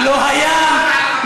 לא היה,